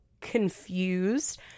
confused